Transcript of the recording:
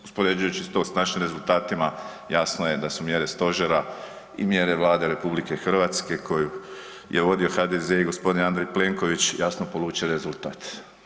Uspoređujući to s našim rezultatima jasno je da su mjere stožera i mjere Vlade RH koju je vodio HDZ i gospodin Andrej Plenković jasno polučile rezultat.